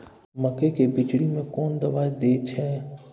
मकई के बिचरी में कोन दवाई दे छै?